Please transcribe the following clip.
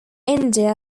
india